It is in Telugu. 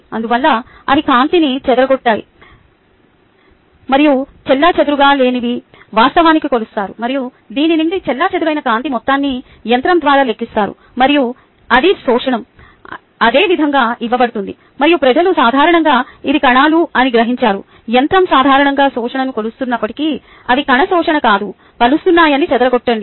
అందువల్ల అవి కాంతిని చెదరగొట్టాయి మరియు చెల్లాచెదురుగా లేనివి వాస్తవానికి కొలుస్తారు మరియు దీని నుండి చెల్లాచెదురైన కాంతి మొత్తాన్ని యంత్రం ద్వారా లెక్కిస్తారు మరియు అది శోషణం అదే విధంగా ఇవ్వబడుతుంది మరియు ప్రజలు సాధారణంగా ఇది కణాలు అని గ్రహించరు యంత్రం సాధారణంగా శోషణను కొలుస్తున్నప్పటికీ అవి కణ శోషణ కాదు కొలుస్తున్నాయని చెదరగొట్టండి